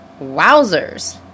Wowzers